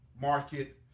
market